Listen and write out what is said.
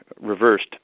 reversed